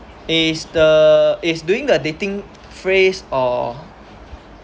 is the is doing the dating phrase or